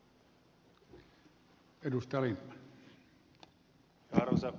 arvoisa puhemies